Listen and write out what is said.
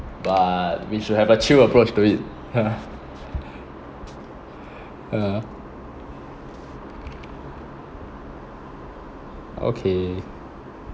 but we should have a chill approach to it okay